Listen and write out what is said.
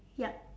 yup